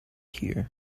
here